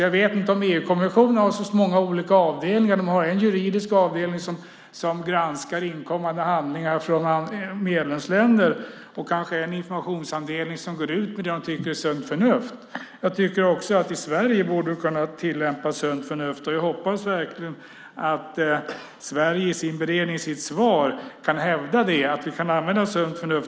Jag vet inte om EU-kommissionen har många olika avdelningar. De har en juridisk avdelning som granskar inkommande handlingar från medlemsländer och kanske en informationsavdelning som går ut med det de tycker är sunt förnuft. Jag tycker att vi i Sverige också borde kunna tillämpa sunt förnuft. Jag hoppas verkligen att Sverige i sin beredning och sitt svar kan hävda att vi kan använda sunt förnuft.